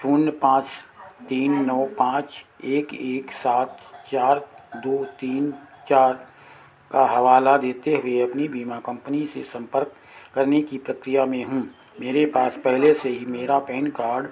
शून्य पाँच तीन नौ पाँच एक एक सात चार दो तीन चार का हवाला देते हुए अपनी बीमा कंपनी से संपर्क करने की प्रक्रिया में हूँ मेरे पास पहले से ही मेरा पैन कार्ड